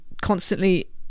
constantly